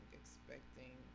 expecting